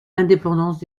indépendance